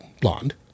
blonde